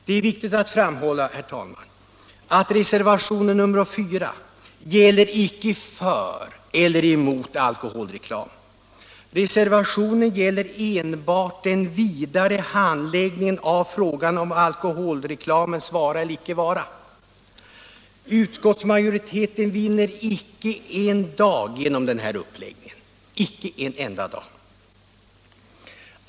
Det är viktigt att framhålla, herr talman, att reservationen 4 gäller icke för eller emot alkoholreklam. Reservationen gäller enbart den vidare handläggningen av frågan om alkoholreklamens vara eller icke vara. Utskottsmajoriteten vinner icke en dag genom den här uppläggningen — icke en enda dag.